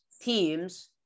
teams